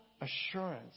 assurance